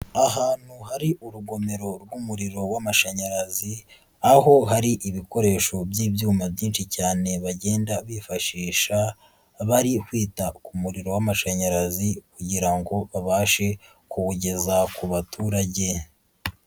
Ahantu hari urugomero rw'umuriro w'amashanyarazi, aho hari ibikoresho by'ibyuma byinshi cyane bagenda bifashisha, bari kwita ku muriro w'amashanyarazi kugira ngo babashe kuwugeza ku baturage.